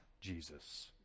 Jesus